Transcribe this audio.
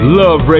love